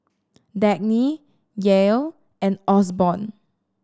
Dagny Yael and Osborne